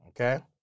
Okay